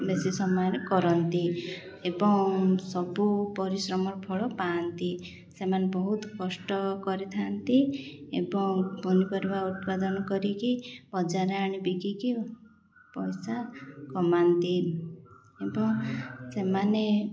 ବେଶୀ ସମୟରେ କରନ୍ତି ଏବଂ ସବୁ ପରିଶ୍ରମର ଫଳ ପାଆନ୍ତି ସେମାନେ ବହୁତ କଷ୍ଟ କରିଥାନ୍ତି ଏବଂ ପନିପରିବା ଉତ୍ପାଦନ କରିକି ବଜାର ଆଣି ବିକିକି ପଇସା କମାନ୍ତି ଏବଂ ସେମାନେ